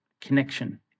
Connection